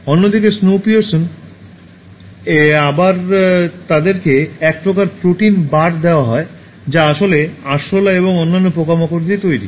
অন্যদিকে snowpiercer এ আবার তাদেরকে এক প্রকার প্রোটিন বার দেওয়া হয় যা আসলে আরশোলা এবং অন্যান্য পোকামাকড় দিয়ে তৈরি